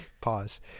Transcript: Pause